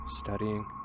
studying